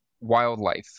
wildlife